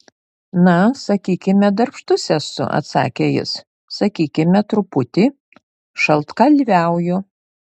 na sakykime darbštus esu atsakė jis sakykime truputį šaltkalviauju